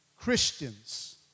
Christians